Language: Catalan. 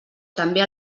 també